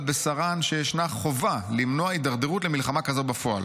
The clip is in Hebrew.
בשרן שישנה חובה למנוע הידרדרות למלחמה כזו בפועל.